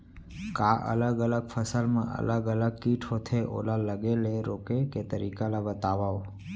का अलग अलग फसल मा अलग अलग किट होथे, ओला लगे ले रोके के तरीका ला बतावव?